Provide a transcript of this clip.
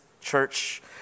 church